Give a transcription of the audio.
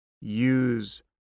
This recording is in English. use